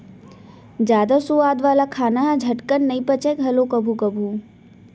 जादा सुवाद वाला खाना ह झटकन नइ पचय घलौ कभू कभू